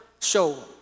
show